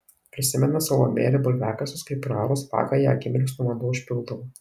prisimena salomėja ir bulviakasius kai praarus vagą ją akimirksniu vanduo užpildavo